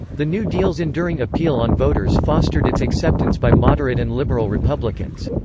the new deal's enduring appeal on voters fostered its acceptance by moderate and liberal republicans.